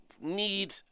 need